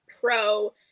pro